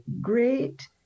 great